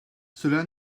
cela